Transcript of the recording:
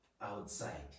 outside